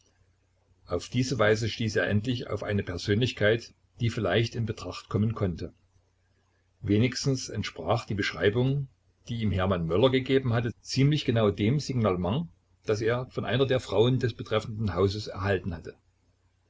auf diese weise stieß er endlich auf eine persönlichkeit die vielleicht in betracht kommen konnte wenigstens entsprach die beschreibung die ihm hermann möller gegeben hatte ziemlich genau dem signalement das er von einer der frauen des betreffenden hauses erhalten hatte